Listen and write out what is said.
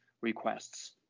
requests